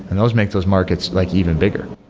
and those make those markets like even bigger.